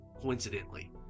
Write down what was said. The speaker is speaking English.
coincidentally